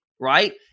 right